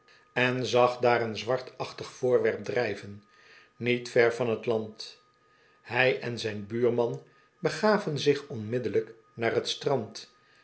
en zag daar een zwartachtig voorwerp drijven niet ver van t land hij en zijn buurman begaven zich onmiddellijk naar t